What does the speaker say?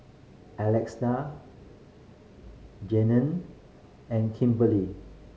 Alexa Jayne and Kimberely